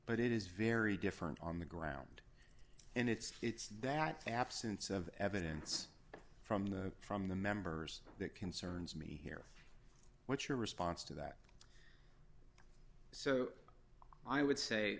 but it is very different on the ground and it's it's that absence of evidence from the from the members that concerns me here what's your response to that so i would say